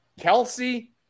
Kelsey